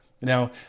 Now